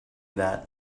that